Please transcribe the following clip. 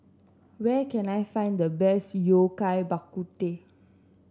where can I find the best Yao Cai Bak Kut Teh